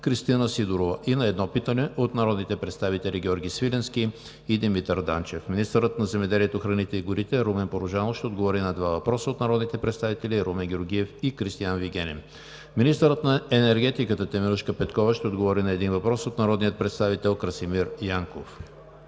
Кристина Сидорова; и на едно питане от народните представители Георги Свиленски и Димитър Данчев. Министърът на земеделието, храните и горите Румен Порожанов ще отговори на два въпроса от народните представители Румен Георгиев; и Кристиан Вигенин. Министърът на енергетиката Теменужка Петкова ще отговори на един въпрос от народния представител Красимир Янков.